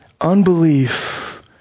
Unbelief